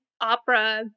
opera